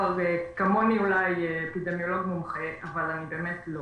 כמוני אולי, אפידמיולוג מומחה אבל אני באמת לא